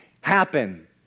happen